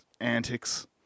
antics